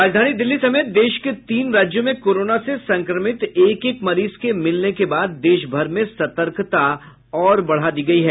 राजधानी दिल्ली समेत देश के तीन राज्यों में कोरोना से संक्रमित एक एक मरीज के मिलने के बाद देश भर में सतर्कता और बढ़ा दी गयी है